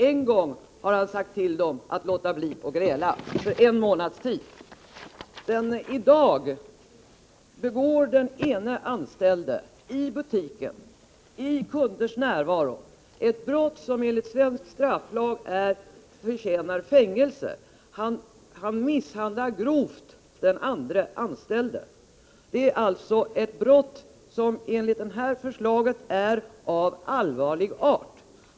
En gång under en månads tid har han sagt till dem att låta bli att gräla. En dag begår den ene anställde i butiken i kunders närvaro ett brott som enligt svensk strafflag förtjänar fängelse: han misshandlar grovt den andre anställde. Det är alltså ett brott som enligt det här förslaget är av ”allvarlig art”.